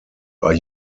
are